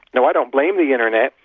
now i don't blame the internet,